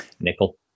Nickel